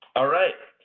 all right.